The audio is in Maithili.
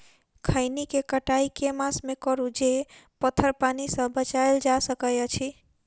खैनी केँ कटाई केँ मास मे करू जे पथर पानि सँ बचाएल जा सकय अछि?